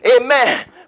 amen